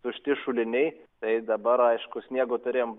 tušti šuliniai tai dabar aišku sniego turėjom